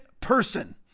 person